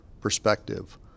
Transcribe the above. perspective